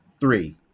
three